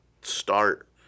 start